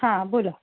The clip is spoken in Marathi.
हां बोला